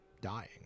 dying